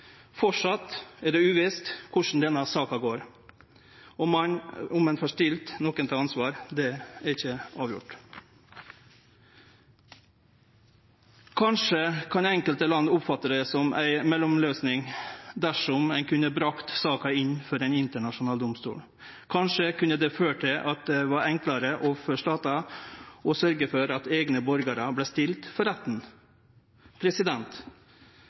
er det uvisst korleis denne saka går, og om ein får stilt nokon til ansvar, er ikkje avgjort. Kanskje kunne enkelte land oppfatte det som ei mellomløysing dersom ein kunne brakt saka inn for Den internasjonale domstolen. Kanskje kunne det ført til at det var enklare for statar å sørgje for at eigne borgarar vart stilte for retten.